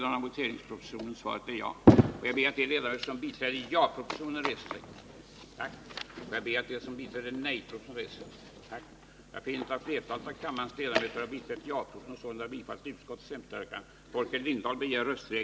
Herr talman!